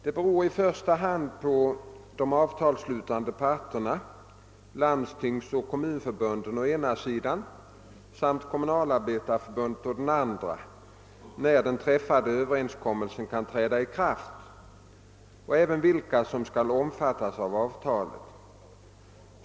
Det beror i första hand på de avtalsslutande parterna — Landstingsoch Kommunförbunden, å ena, samt Kommunalarbetareförbundet, å andra sidan -- när den träffade överenskommelsen kan träda i kraft och även vilka som skall omfattas av avtalet.